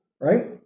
Right